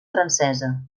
francesa